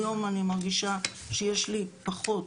היום אני מרגישה שיש לי פחות,